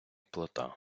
плота